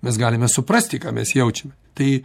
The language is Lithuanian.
mes galime suprasti ką mes jaučiame tai